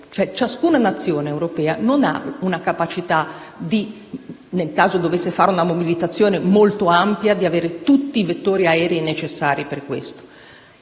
ciascuna Nazione europea non ha una capacità tale, nel caso in cui dovesse fare una mobilitazione molto ampia, da avere tutti i vettori aerei necessari. Firmando questo